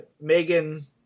megan